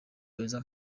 beza